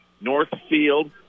Northfield